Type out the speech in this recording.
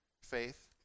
faith